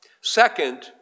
Second